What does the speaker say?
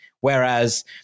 Whereas